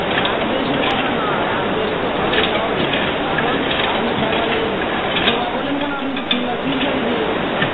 না রাগ দ্বেষের কথা না রাগ দ্বেষ তো হবেই স্বাভাবিক কারণ আপনি কবার এই দুবার বললেন কেনো আপনি তো তিনবার ফিউজ লাগিয়ে দিয়ে গিয়েছিলেন